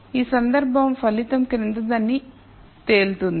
ఈ సందర్భంలో ఫలితం క్రిందిదని తేలుతుంది